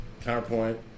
Counterpoint